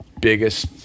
biggest